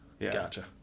gotcha